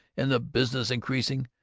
and the business increasing.